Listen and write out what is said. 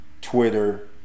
Twitter